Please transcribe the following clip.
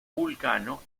vulcano